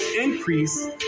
increase